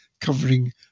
covering